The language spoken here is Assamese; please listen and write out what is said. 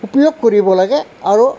উপয়োগ কৰিব লাগে আৰু